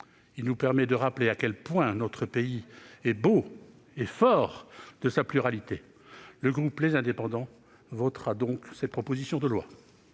Cela nous permet de rappeler à quel point notre pays est beau et fort de sa pluralité. Le groupe Les Indépendants votera donc cette proposition de loi.